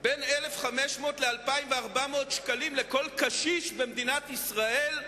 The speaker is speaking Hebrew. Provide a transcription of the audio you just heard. בין 1,500 ל-2,400 שקלים לכל קשיש במדינת ישראל,